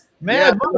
Man